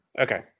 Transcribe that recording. Okay